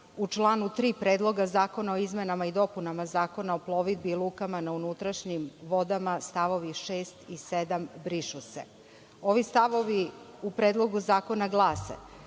„U članu 3. Predloga zakona o izmenama i dopunama Zakona o plovidbi i lukama na unutrašnjim vodama stavovi 6. i 7. brišu se“. Ovi stavovi u Predlogu zakona glase: